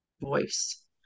voice